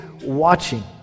watching